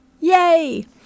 Yay